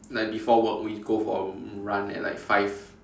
like before work we go for a run at like five